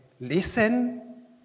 listen